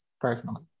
personally